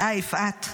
אה, יפעת.